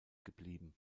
geblieben